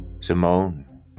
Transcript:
Simone